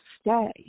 stay